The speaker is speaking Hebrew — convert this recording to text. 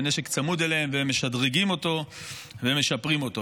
שהנשק צמוד אליהם והם משדרגים אותו ומשפרים אותו.